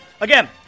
Again